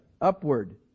upward